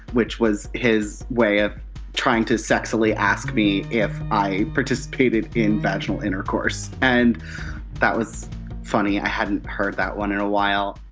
which was his way of trying to sexily ask me if i participated in vaginal intercourse. and that was funny i hadn't heard that one in a while.